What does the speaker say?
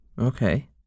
Okay